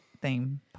theme